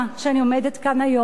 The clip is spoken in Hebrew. שאני עומדת כאן היום,